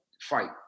fight